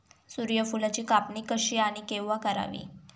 सूर्यफुलाची कापणी कशी आणि केव्हा करावी?